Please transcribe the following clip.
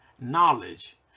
knowledge